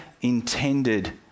intended